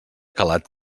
calat